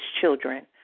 children